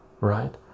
right